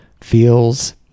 feels